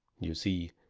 you see,